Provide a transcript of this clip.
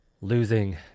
losing